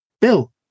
Bill